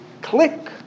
click